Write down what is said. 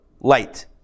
light